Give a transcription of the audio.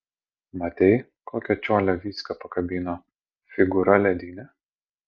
matei kokią čiolę vycka pakabino figūra ledinė